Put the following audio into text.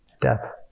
Death